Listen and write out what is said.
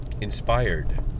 inspired